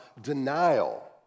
denial